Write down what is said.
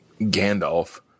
Gandalf